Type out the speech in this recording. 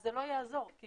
זה לא יעזור, כי